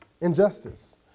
Injustice